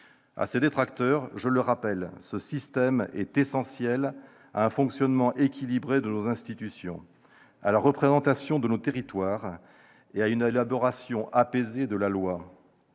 À ses détracteurs, je rappelle que ce système est essentiel à un fonctionnement équilibré de nos institutions, à la représentation de nos territoires et à une élaboration apaisée de la loi.